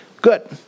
Good